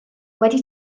wedi